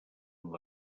amb